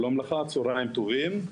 שלום לך, צוהריים טובים.